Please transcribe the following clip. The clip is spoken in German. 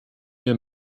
wir